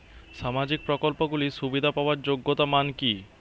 সামাজিক প্রকল্পগুলি সুবিধা পাওয়ার যোগ্যতা মান কি?